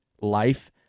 life